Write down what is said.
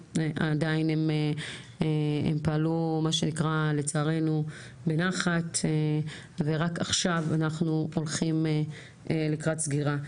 ופעלו לצערנו בנחת ורק עכשיו אנחנו הולכים לקראת סגירה.